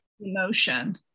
emotion